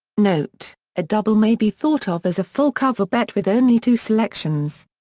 note a double may be thought of as a full cover bet with only two selections.